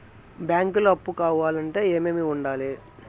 బ్యాంకులో అప్పు కావాలంటే ఏమేమి ఉండాలి?